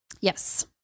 Yes